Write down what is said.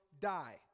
die